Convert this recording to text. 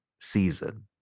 season